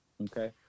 okay